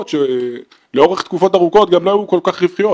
חברות שלאורך תקופות ארוכות גם לא היו כל כך רווחיות